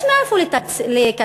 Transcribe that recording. יש מאיפה לקצץ.